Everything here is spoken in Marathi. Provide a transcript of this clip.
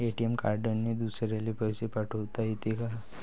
ए.टी.एम कार्डने दुसऱ्याले पैसे पाठोता येते का?